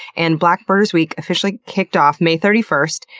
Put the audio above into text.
and black birders week officially kicked off may thirty first.